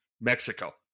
Mexico